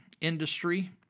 industry